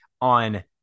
on